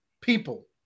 people